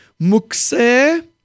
mukse